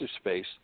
space